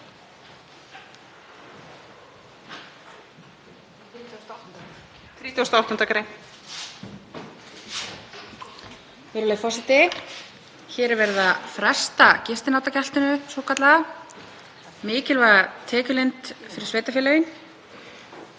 Hér er verið að fresta gistináttagjaldinu svokallaða, sem er mikilvæg tekjulind fyrir sveitarfélögin,